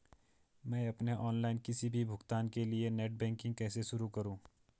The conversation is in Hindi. मैं अपने ऑनलाइन किसी भी भुगतान के लिए नेट बैंकिंग कैसे शुरु करूँ?